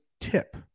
tip